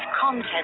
content